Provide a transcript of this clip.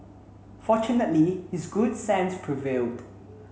fortunately his good sense prevailed